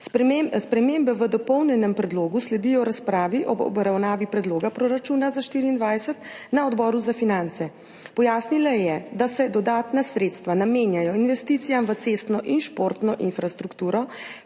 Spremembe v dopolnjenem predlogu sledijo razpravi ob obravnavi predloga proračuna za 2024 na Odboru za finance. Pojasnila je, da se dodatna sredstva namenjajo investicijam v cestno in športno infrastrukturo,